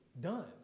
Done